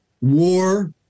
war